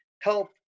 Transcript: help